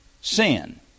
sin